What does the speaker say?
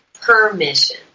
permission